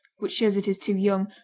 which shows it is too young,